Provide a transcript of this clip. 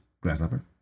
Grasshopper